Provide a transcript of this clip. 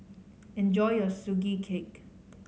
enjoy your Sugee Cake